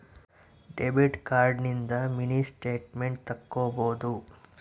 debit card ಲಿಸಿಂದ mini statement ತಕ್ಕೊಬೊದು